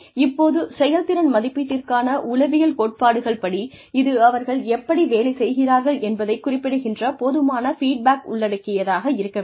இப்போது செயல்திறன் மதிப்பீட்டிற்கான உளவியல் கோட்பாடுகள்படி இது அவர்கள் எப்படி வேலை செய்கிறார்கள் என்பதை குறிப்பிடுகின்ற போதுமான ஃபீட்பேக் உள்ளடக்கியதாக இருக்க வேண்டும்